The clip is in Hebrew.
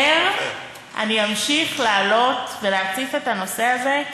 עד שזה ייפתר אני אמשיך לעלות ולהציף את הנושא הזה,